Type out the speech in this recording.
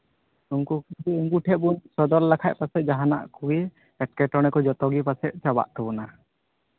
ᱩᱱᱠᱩ ᱩᱱᱠᱩ ᱴᱷᱮᱱ ᱵᱚᱱ ᱥᱚᱫᱚᱨ ᱞᱮᱠᱷᱟᱱ ᱯᱟᱥᱮᱡ ᱡᱟᱦᱟᱱᱟᱜ ᱠᱚᱜᱮ ᱮᱸᱴᱠᱮᱴᱚᱬᱮ ᱠᱚ ᱡᱚᱛᱚᱜᱮ ᱯᱟᱥᱮᱡ ᱪᱟᱵᱟᱜ ᱛᱟᱵᱚᱱᱟ